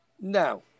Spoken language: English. no